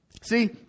See